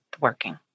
working